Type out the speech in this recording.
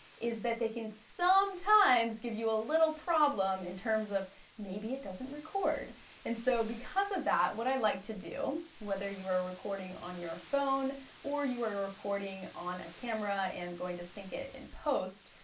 is that they can sometimes give you a little problem in terms of maybe it doesn't record and so because of that, what i like to do, whether you are recording on your phone or you are recording on a camera and going to sync it in post,